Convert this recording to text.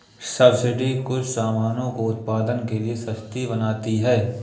subsidy कुछ सामानों को उत्पादन के लिए सस्ती बनाती है